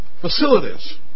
facilities